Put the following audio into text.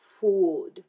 Food